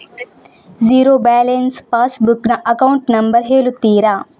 Zero balance pass book ನ account number ಹೇಳುತ್ತೀರಾ?